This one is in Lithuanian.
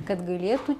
kad galėtų